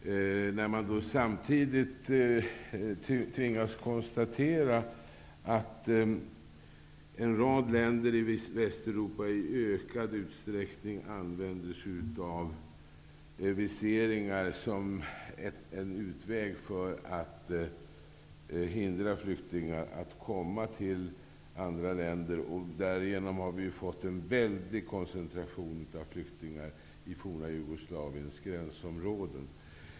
Samtidigt tvingas man konstatera att en rad länder i Västeuropa i ökad utsträckning inför viseringar som en utväg för att hindra flyk tingar att komma till andra länder. Därigenom har vi fått en väldig koncentration av flyktingar i det forna Jugoslaviens gränsområden.